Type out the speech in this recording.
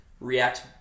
react